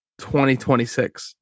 2026